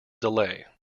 delay